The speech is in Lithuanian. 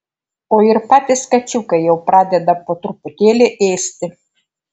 o ir patys kačiukai jau pradeda po truputėlį ėsti